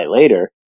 later